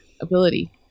ability